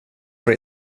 for